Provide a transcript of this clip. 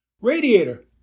Radiator